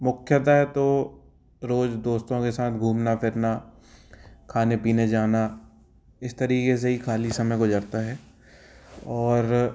मुख्यतः तो रोज़ दोस्तों के साथ घूमना फिरना खाने पीने जाना इस तरीक़े से ही ख़ाली समय गुज़रता है और